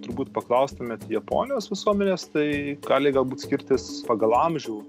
turbūt paklaustumėt japonijos visuomenės tai gali galbūt skirtis pagal amžių